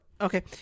Okay